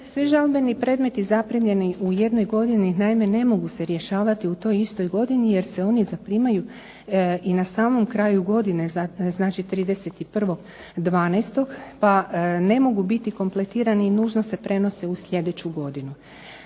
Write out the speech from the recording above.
Svi žalbeni predmeti zaprimljeni u jednoj godini naime ne mogu se rješavati u toj istoj godini jer se oni zaprimaju i na samom kraju godine znači 31.12. pa ne mogu biti kompletirani i nužno se prenose u sljedeću godinu.